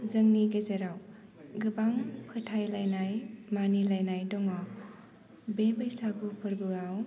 जोंनि गेजेराव गोबां फोथाइलायनाय मानिलाइनाय दङ बे बैसागु फोर्बोआव